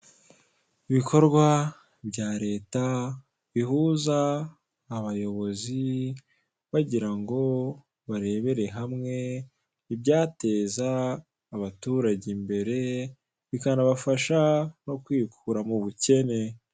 Ibikorwa bya leta bihuza abayobozi bagirango barebere hamwe ibyateza abaturage imbere, bikanabafasha no kwikura m'ubukene.